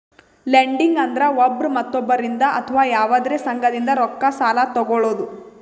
lending ಅಂದ್ರ ಒಬ್ರ್ ಮತ್ತೊಬ್ಬರಿಂದ್ ಅಥವಾ ಯವಾದ್ರೆ ಸಂಘದಿಂದ್ ರೊಕ್ಕ ಸಾಲಾ ತೊಗಳದು